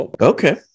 Okay